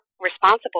responsible